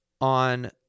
on